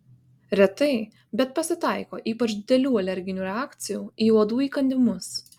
retai bet pasitaiko ypač didelių alerginių reakcijų į uodų įkandimus